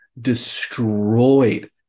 destroyed